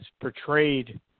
portrayed